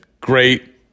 great